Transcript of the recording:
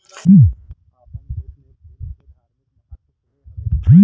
आपन देस में फूल के धार्मिक महत्व खुबे हवे